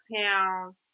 town